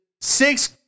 six